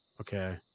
Okay